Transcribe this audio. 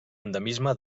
endemisme